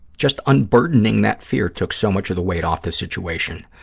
just unburdening that fear took so much of the weight off the situation.